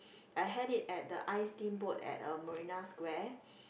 I had it at the iSteamboat at uh Marina Square